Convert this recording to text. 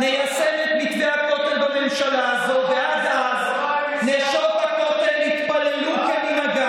שעומד איתן כנגד כל הניסיונות לחלק את הכותל ולקרוע לנו את הלב.